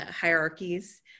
hierarchies